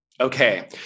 Okay